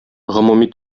гомуми